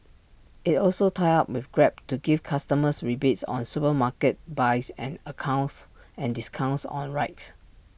IT also tied up with grab to give customers rebates on supermarket buys and account discounts on rides